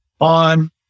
on